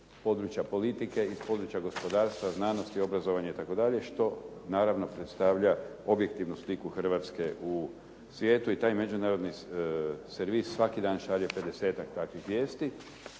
iz područja politike, iz područja gospodarstva, znanosti, obrazovanja itd. što naravno predstavlja objektivnu sliku Hrvatske u svijetu i taj međunarodni servis svaki dan šalje 50-tak takvih vijesti.